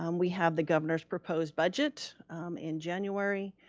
um we have the governor's proposed budget in january.